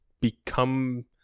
become